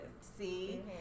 see